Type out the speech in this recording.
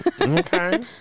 Okay